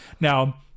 Now